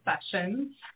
sessions